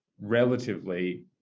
relatively